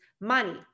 money